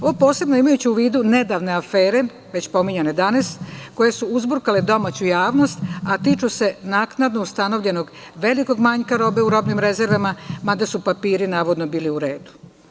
Ovo posebno imajući u vidu nedavne afere, već pominjane danas, koje su uzburkale domaću javnost a tiču se naknadno ustanovljenog velikog manjka robe u robnim rezervama, mada su papiri navodno bili u redu.